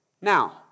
Now